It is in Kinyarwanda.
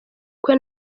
kwe